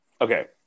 Okay